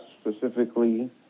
specifically